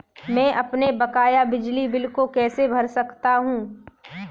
मैं अपने बकाया बिजली बिल को कैसे भर सकता हूँ?